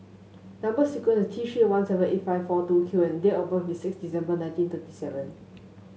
number sequence is T Three one seven eight five four two Q and date of birth is six December nineteen thirty seven